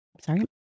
sorry